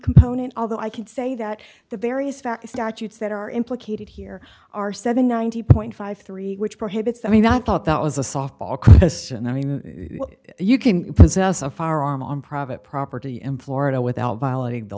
component although i can say that the various fact statutes that are implicated here are seven hundred and ninety point five three which prohibits i mean i thought that was a softball and i mean you can possess a firearm on private property in florida without violating the